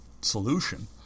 solution